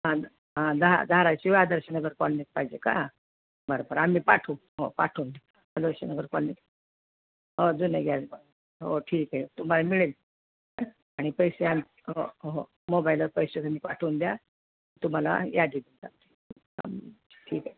हां द् हां धा धाराशिव आदर्शनगर कॉलनित पाहिजे का बर बर आम्ही पाठवू हो पाठवून ठेवू आदर्शनगर कॉलनित हो जुन्या हो ठीक आहे तुम्हाला मिळेल आणि पैसे आम् हो हो मोबाइलवर पैसे तुम्ही पाठवून द्या तुम्हाला यादी ठीक आहे